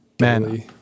Man